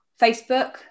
Facebook